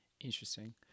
Interesting